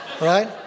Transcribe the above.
right